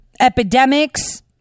epidemics